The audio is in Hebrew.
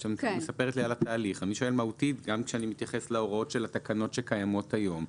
גם כשאני מתייחס להוראות התקנות שקיימות היום.